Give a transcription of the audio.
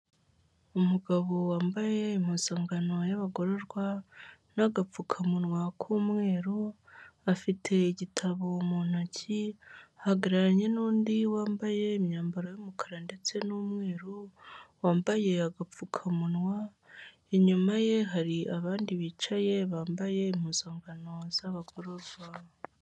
Umugabo wambaye impuzankano y'abagororwa, n'agapfukamunwa k'umweru, afite igitabo mu ntoki, ahagararanye n'ndi wambaye imyambaro y'umukara ndetse n'umweru, wambaye agapfukamunwa. Inyuma ye hari abandi bicaye bambaye impuzankano z'abagororwa.